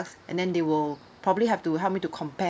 and then they will probably have to help me to compare